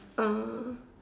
uh